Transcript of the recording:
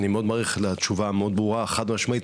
מעריך את התשובה שלך המאוד ברורה וחד משמעית.